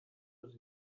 wird